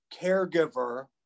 caregiver